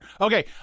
Okay